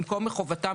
במקום "מחובתה",